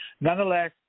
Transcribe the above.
Nonetheless